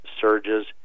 surges